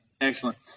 Excellent